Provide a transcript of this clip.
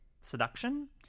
Seduction